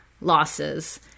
losses